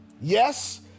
yes